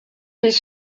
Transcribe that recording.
des